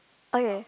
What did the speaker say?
okay